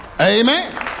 amen